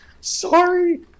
Sorry